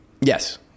Yes